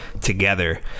together